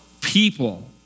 people